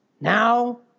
Now